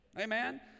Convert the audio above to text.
Amen